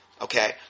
Okay